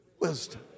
wisdom